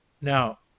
Now